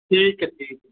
ਠੀਕ ਹੈ ਠੀਕ